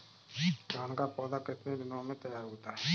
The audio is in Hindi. धान का पौधा कितने दिनों में तैयार होता है?